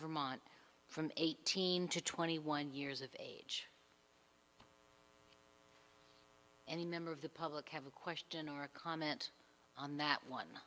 vermont from eighteen to twenty one years of age any member of the public have a question or comment on that one